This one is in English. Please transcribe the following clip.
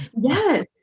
yes